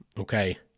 Okay